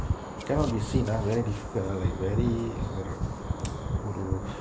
cannot be seen ah very difficult lah like very err ஒரு:oru